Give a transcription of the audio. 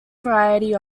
variety